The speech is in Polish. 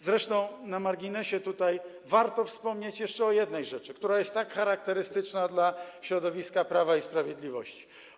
Zresztą na marginesie warto wspomnieć tutaj jeszcze o jednej rzeczy, która jest tak charakterystyczna dla środowiska Prawa i Sprawiedliwości.